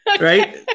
right